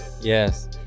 Yes